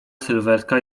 sylwetka